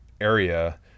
area